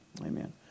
Amen